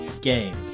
game